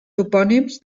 topònims